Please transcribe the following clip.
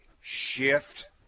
shift